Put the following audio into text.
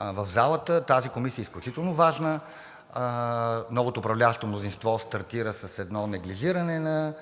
в залата – тази комисия е изключително важна. Новото управляващо мнозинство стартира с едно неглижиране на